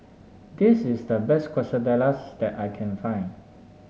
this is the best Quesadillas that I can find